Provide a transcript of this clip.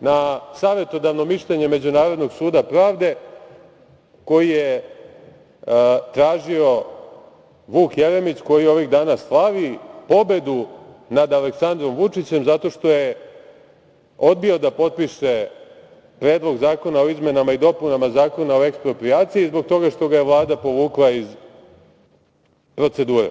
na savetodavno mišljenje Međunarodnog suda pravde, koje je tražio Vuk Jeremić, koji ovih dana slavi pobedu nad Aleksandrom Vučićem zato što je odbio da potpiše Predlog zakona o izmenama i dopunama Zakona o eksproprijaciji i zbog toga što ga je Vlada povukla iz procedure.